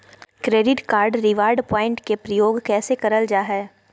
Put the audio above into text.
Credit card reward point के प्रयोग कैसे करल जा है?